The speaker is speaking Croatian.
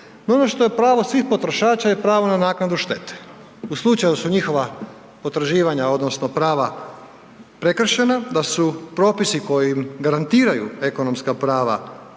ono što je pravo svih potrošača je pravo na naknadu štete. U slučaju da su njihova potraživanja odnosno prava prekršena, da su propisi koji im garantiraju ekonomska prava